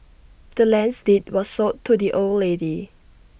the land's deed was sold to the old lady